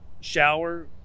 shower